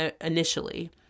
initially